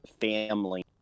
family